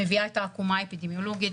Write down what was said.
מביאה את העקומה האפידמיולוגית,